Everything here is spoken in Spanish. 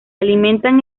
alimentan